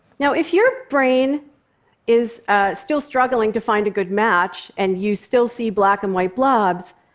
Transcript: now if your brain is still struggling to find a good match and you still see black and white blobs,